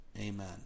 Amen